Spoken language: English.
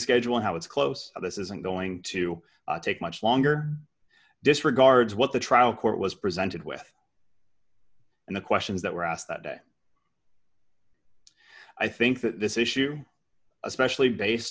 schedule how it's close this isn't going to take much longer disregards what the trial court was presented with and the questions that were asked that day i think that this issue especially based